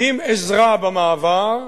עם עזרה במעבר,